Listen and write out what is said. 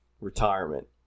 retirement